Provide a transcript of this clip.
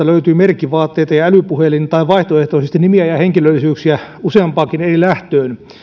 löytyy merkkivaatteita ja älypuhelin tai vaihtoehtoisesti nimiä ja henkilöllisyyksiä useampaankin eri lähtöön